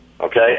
okay